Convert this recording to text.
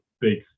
Big